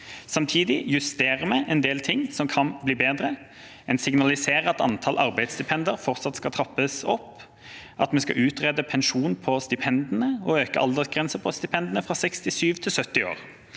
Samtidig justerer vi en del ting som kan bli bedre. En signaliserer at antall arbeidsstipender fortsatt skal trappes opp, og at vi skal utrede pensjon på stipendene og øke aldersgrensen for stipendene fra 67 til 70 år.